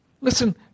Listen